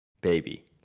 baby